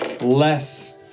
less